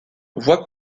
voit